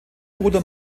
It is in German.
bruder